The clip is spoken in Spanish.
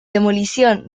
demolición